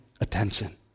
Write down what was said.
attention